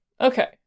Okay